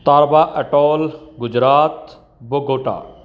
ਤਾਲਬਾ ਅਟੋਲ ਗੁਜਰਾਤ ਵੋਗੋਟਾ